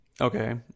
Okay